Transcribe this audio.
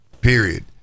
Period